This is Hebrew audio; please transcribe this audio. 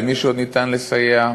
למי שעוד ניתן לסייע,